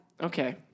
Okay